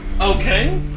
Okay